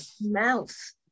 mouth